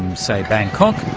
say, bangkok,